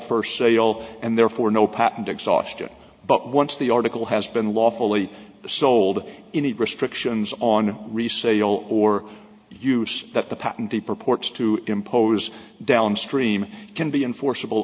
for sale and therefore no patent exhaustion but once the article has been lawfully the sold any restrictions on resale or use that the patentee purports to impose downstream can be enforceable